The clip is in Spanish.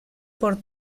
por